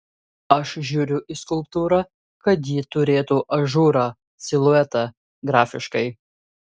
aš žiūriu į skulptūrą kad ji turėtų ažūrą siluetą grafiškai